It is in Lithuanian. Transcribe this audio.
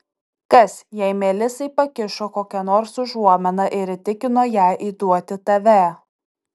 kas jei melisai pakišo kokią nors užuominą ir įtikino ją įduoti tave